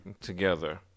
together